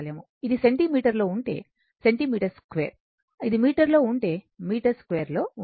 ఇది సెంటీమీటర్లో ఉంటే సెంటీమీటర్ 2 అది మీటర్లో ఉంటే మీటర్ 2 లో ఉంచండి